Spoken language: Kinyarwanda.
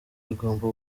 igomba